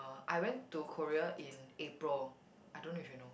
I went to Korea in April I don't know if you know